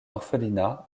orphelinat